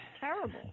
terrible